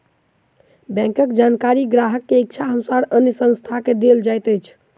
बैंकक जानकारी ग्राहक के इच्छा अनुसार अन्य संस्थान के देल जाइत अछि